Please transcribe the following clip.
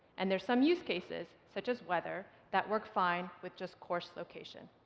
and there's some use cases such as weather that work fine with just coarse location.